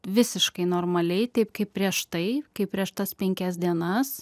visiškai normaliai taip kaip prieš tai kai prieš tas penkias dienas